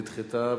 נדחתה,